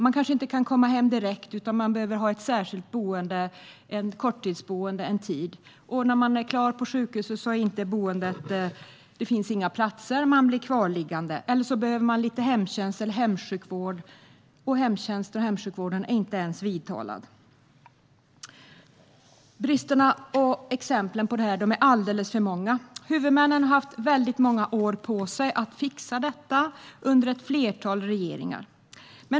Man kanske inte kan komma hem direkt utan behöver ett särskilt korttidsboende en tid, och när man är klar på sjukhuset finns inga platser på boendet och man blir kvarliggande. Eller så behöver man lite hemtjänst eller hemsjukvård, och så är dessa inte ens vidtalade. Bristerna och exemplen är alldeles för många. Huvudmännen har haft många år på sig att fixa detta under ett flertal regeringar.